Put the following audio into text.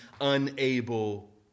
unable